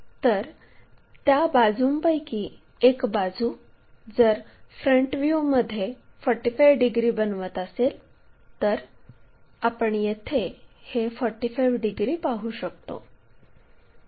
तर त्या बाजूंपैकी एक बाजू जर फ्रंट व्ह्यूमध्ये 45 डिग्री बनवित असेल तर आपण येथे हे 45 डिग्री पाहू शकतो